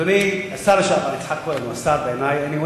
אדוני השר לשעבר יצחק כהן, או השר בעיני,